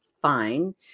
fine